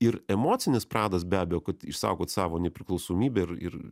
ir emocinis pradas be abejo kad išsaugot savo nepriklausomybę ir ir